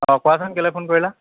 অ' কোৱাচোন কেলে ফোন কৰিলা